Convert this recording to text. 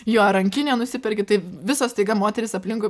jo rankinę nusiperki tai visos staiga moterys aplinkui